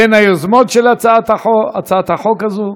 בין היוזמות של הצעת החוק הזאת.